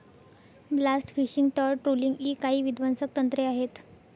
blast fishing, तळ trawling इ काही विध्वंसक तंत्रे आहेत